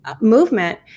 movement